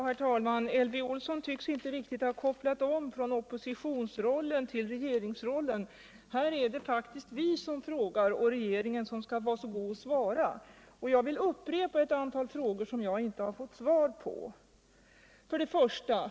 Herr talman! Elvy Olsson tveks inte riktigt ha kopplat om från oppositionsrollen till regeringsrollen. Här är det faktiskt vi som frågar och regeringen som skall vara så god att svara. Jag vill upprepa ett antal frågor som jag inte. Nr 154 har fått svar på.